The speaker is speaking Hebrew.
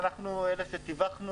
אנחנו אלה שתיווכו